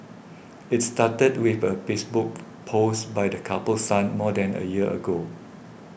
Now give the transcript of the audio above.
it started with a Facebook post by the couple's son more than a year ago